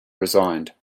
resigned